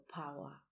power